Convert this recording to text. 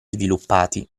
sviluppati